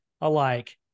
alike